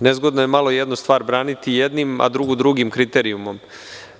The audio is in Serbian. nezgodno je malo jednu stvar braniti jednim, a drugu drugim kriterijumom.